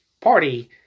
Party